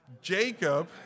Jacob